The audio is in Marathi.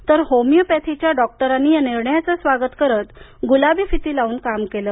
तर होमिओपॅथीच्या डॉक्टरांनी या निर्णयाचे स्वागत करत गुलाबी फिती लावून काम केलं